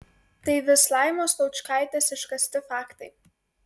tai vis laimos laučkaitės iškasti faktai